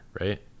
Right